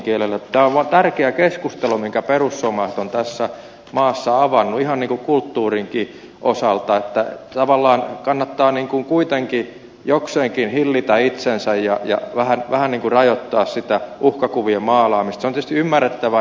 tämä on vaan tärkeä keskustelu jonka perussuomalaiset ovat tässä maassa avanneet ihan niin kuin kulttuurinkin osalta että tavallaan kannattaa kuitenkin jokseenkin hillitä itsensä ja vähän niin kuin rajoittaa sitä uhkakuvien maalaamista